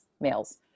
males